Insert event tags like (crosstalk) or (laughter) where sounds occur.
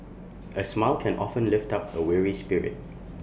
A smile can often lift up (noise) A weary spirit